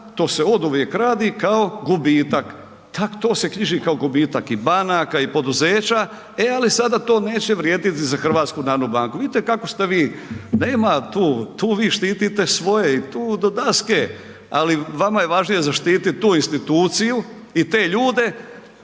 to se oduvijek radi kao gubitak, to se knjiži kao gubitak i banaka i poduzeća, e ali sada to neće vrijediti za HNB. Vidite kako ste vi, nema tu, tu vi štitite svoje i do daske, ali vama je važnije zaštititi tu instituciju i te ljude,